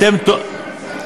אתם טועים.